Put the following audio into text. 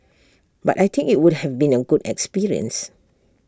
but I think IT would have been A good experience